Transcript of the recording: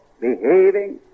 behaving